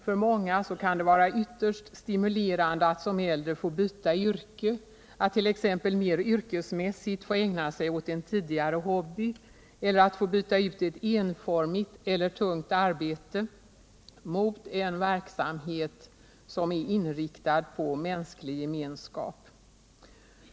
För många kan det vara ytterst stimulerande att som äldre få byta yrke, att t.ex. mer yrkesmässigt få ägna sig åt en tidigare hobby eller att få byta ut ett enformigt eller tungt arbete mot en verksamhet som är inriktad på mänsklig gemenskap.